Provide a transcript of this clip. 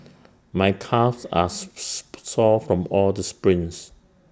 my calves are sore from all the sprints